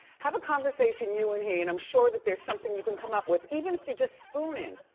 have a conversation, you and he, and i'm sure that there's something you can come up with, even if you're just spooning.